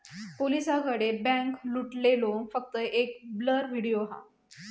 पोलिसांकडे बॅन्क लुटलेलो फक्त एक ब्लर व्हिडिओ हा